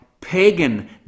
pagan